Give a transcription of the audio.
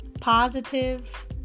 positive